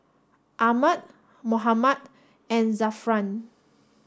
Ahmad Muhammad and Zafran